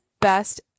best